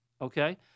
Okay